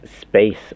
space